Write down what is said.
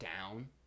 down